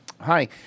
Hi